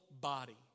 body